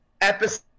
episode